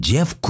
Jeff